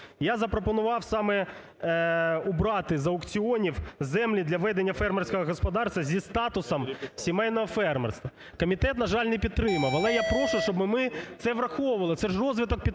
Я запропонував саме убрати з аукціонів землі для ведення фермерського господарства зі статусом сімейного фермерства. Комітет, на жаль, не підтримав, але я прошу, щоб ми це враховували, це ж розвиток підприємницького